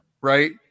right